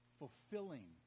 fulfilling